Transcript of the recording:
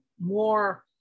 more